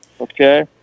Okay